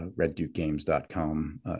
reddukegames.com